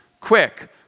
Quick